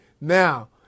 Now